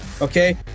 okay